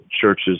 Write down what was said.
churches